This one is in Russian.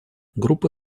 группа